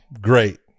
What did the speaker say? Great